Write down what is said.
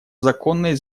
законной